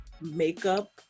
makeup